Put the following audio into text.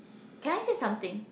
can I say something